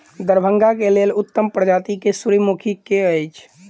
दरभंगा केँ लेल उत्तम प्रजाति केँ सूर्यमुखी केँ अछि?